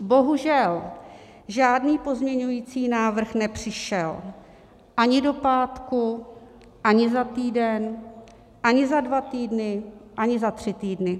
Bohužel žádný pozměňovací návrh nepřišel ani do pátku, ani za týden, ani za dva týdny, ani za tři týdny.